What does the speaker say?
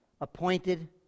appointed